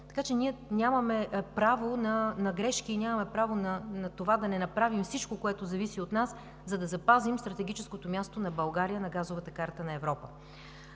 така че нямаме право на грешки и нямаме право на това да не направим всичко, което зависи от нас, за да запазим стратегическото място на България на газовата карта на Европа.